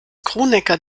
kronecker